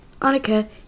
Anika